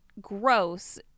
gross